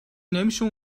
نمیشه